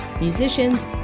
musicians